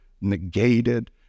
negated